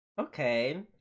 Okay